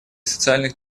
социальных